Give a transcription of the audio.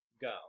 Go